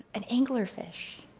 an angler fish,